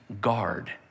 guard